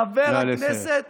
חבר הכנסת